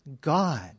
God